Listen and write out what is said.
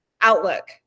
outlook